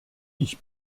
ich